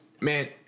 man